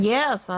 Yes